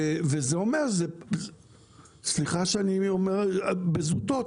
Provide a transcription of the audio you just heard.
סליחה שאני אומר בזוטות,